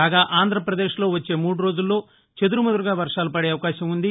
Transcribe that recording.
కాగా ఆంధ్ర ప్రదేశ్లో వచ్చే మూడు రోజుల్లో చెదురుమదురుగా వర్వాలు పదే అవకాశం ఉంది